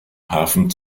hafen